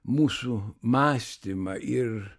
mūsų mąstymą ir